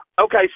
Okay